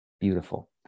beautiful